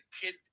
kid